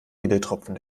edeltropfen